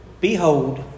Behold